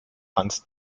hans